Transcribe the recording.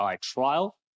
trial